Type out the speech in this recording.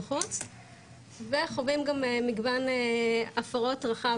וחווים גם מגוון הפרות רחב,